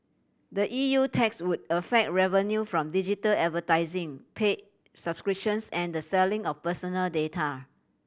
the E U tax would affect revenue from digital advertising pay subscriptions and the selling of personal data